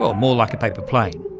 ah more like a paper plane,